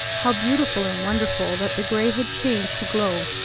how beautiful and wonderful that the gray had changed to glow!